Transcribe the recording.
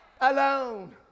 alone